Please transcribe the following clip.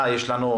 אילת.